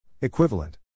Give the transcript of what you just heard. Equivalent